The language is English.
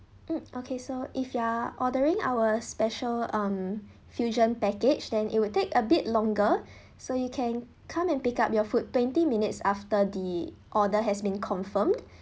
mm okay so if you're ordering our special um fusion package then it would take a bit longer so you can come and pick up your food twenty minutes after the order has been confirmed